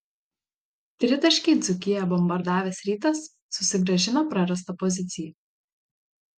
tritaškiai dzūkiją bombardavęs rytas susigrąžino prarastą poziciją